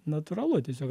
natūralu tiesiog